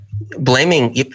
blaming